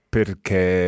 Perché